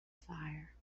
fire